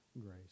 grace